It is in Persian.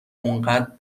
اونقدر